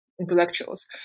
intellectuals